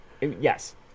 Yes